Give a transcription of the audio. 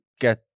get